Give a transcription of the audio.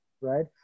right